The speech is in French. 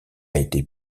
été